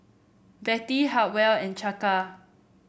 Bettie Hartwell and Chaka